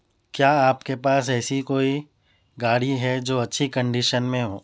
کیا آپ کے پاس ایسی کوئی گاڑی ہے جو اچھی کنڈیشن میں ہو